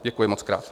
Děkuji mockrát.